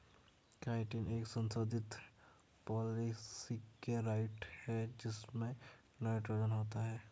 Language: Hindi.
काइटिन एक संशोधित पॉलीसेकेराइड है जिसमें नाइट्रोजन होता है